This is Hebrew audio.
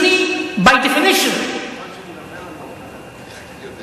ודה-יורה בזכות